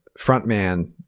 frontman